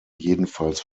jedenfalls